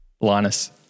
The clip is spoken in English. Linus